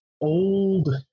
old